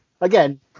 again